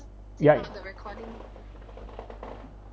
ya